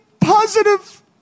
positive